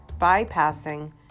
bypassing